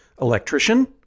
electrician